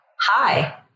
hi